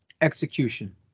execution